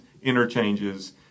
interchanges